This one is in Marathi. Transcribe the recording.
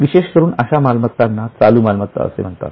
विशेष करून अशा मालमत्तांना चालू मालमत्ता असे म्हणतात